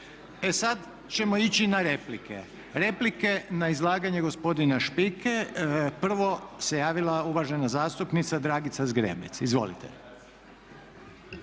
E sad ćemo ići na replike, replike na izlaganje gospodina Špike. Prvo se javila uvažena zastupnica Dragica Zgrebec. Izvolite.